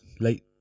late